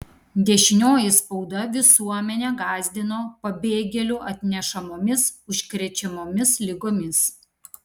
dešinioji spauda visuomenę gąsdino pabėgėlių atnešamomis užkrečiamomis ligomis